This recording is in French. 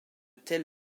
telle